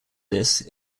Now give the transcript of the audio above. this